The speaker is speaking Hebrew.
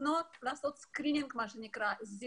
לעשות מה שנקרא screening ,